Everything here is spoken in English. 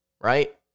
right